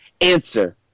answer